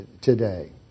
today